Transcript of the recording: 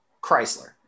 Chrysler